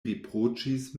riproĉis